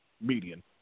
median